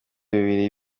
bibiri